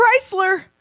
Chrysler